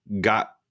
got